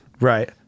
Right